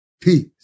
peace